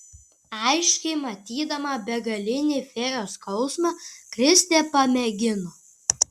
aiškiai matydama begalinį fėjos skausmą kristė pamėgino